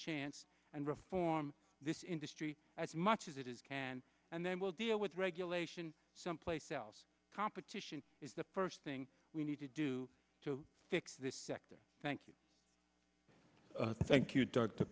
chance and reform this industry as much as it is can and then we'll deal with regulation someplace else competition is the first thing we need to do to fix this sector thank you thank you